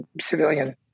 civilian